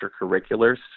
extracurriculars